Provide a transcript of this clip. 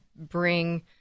bring